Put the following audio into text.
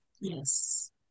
Yes